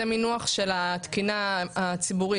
זה מינוח של התקינה הציבורית,